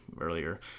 earlier